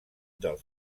dels